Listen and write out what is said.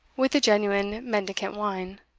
with the genuine mendicant whine,